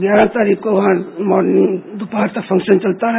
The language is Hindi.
ग्यारह तारीख को वहां मॉर्निंग से दोपहर तक फंक्शन चलता है